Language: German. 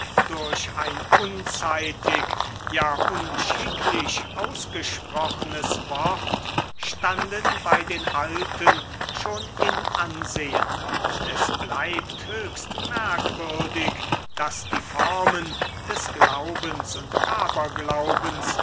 durch ein unzeitig ja unschicklich ausgesprochenes wort standen bei den alten schon in ansehen und es bleibt höchst merkwürdig daß die formen des glaubens und aberglaubens